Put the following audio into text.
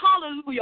hallelujah